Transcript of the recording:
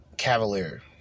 cavalier